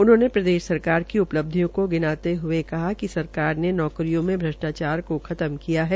उन्होंने प्रदेश सरकार की उपलब्धियों को गिनाते हये कहा कि सरकार ने नौकरियों में भ्रष्टाचार को खत्म किया है